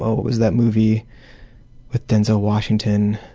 what was that movie with denzel washington?